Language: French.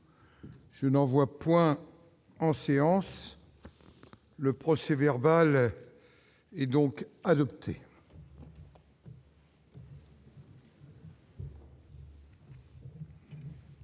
Je n'en vois points en séance le procès-verbal est donc adopté.